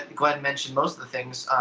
glenn mentioned most of the things.